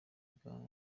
bwa